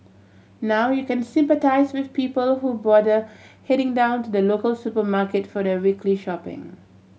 now you can sympathise with people who bother heading down to the local supermarket for their weekly shopping